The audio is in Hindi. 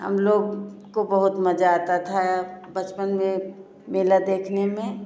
हम लोग को बहुत मजा आता था बचपन में मेला देखने में